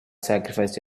sacrificed